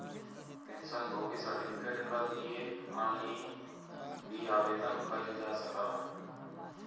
pension भोगी certificate कल लिए ऑनलाइन भी आवेदन कइल जा सकल जाला